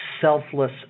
selfless